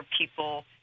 people